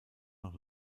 nach